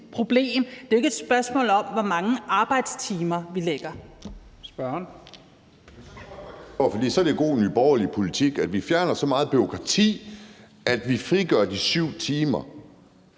Det er ikke et spørgsmål om, hvor mange arbejdstimer vi lægger.